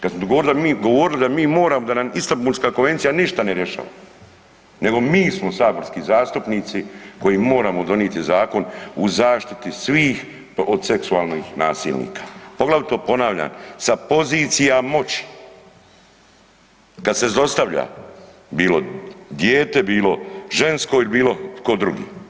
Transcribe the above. Kad smo govorili da mi moramo, da nam Istambulska konvencija ništa ne rješava, nego mi smo saborski zastupnici koji moramo donijeti zakon u zaštiti svih od seksualnih nasilnika, poglavito, ponavljam, sa pozicija moći, kad se zlostavlja, bilo dijete, bilo žensko ili bilo tko drugi.